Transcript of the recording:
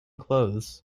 clothes